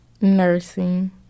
Nursing